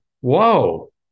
whoa